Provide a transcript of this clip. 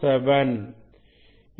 47